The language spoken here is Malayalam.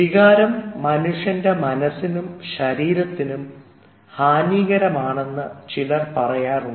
വികാരം മനുഷ്യൻറെ മനസ്സിനും ശരീരത്തിനും ഹാനികരമാണെന്ന് ചിലർ പറയാറുണ്ട്